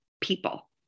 people